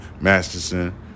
Masterson